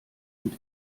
und